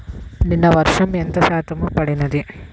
నిన్న వర్షము ఎంత శాతము పడినది?